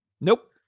Nope